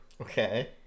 okay